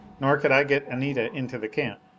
nor could i get anita into the camp.